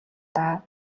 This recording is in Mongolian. даа